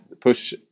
Push